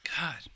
God